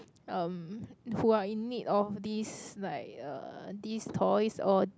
um who are in need of this like uh these toys or